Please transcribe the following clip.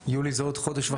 יולי זה עוד חודש וחצי.